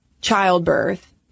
childbirth